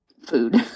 food